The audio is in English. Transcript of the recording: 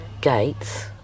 gates